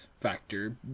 factor